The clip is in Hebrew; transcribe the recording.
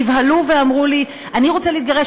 נבהלו ואמרו לי: אני רוצה להתגרש,